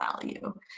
value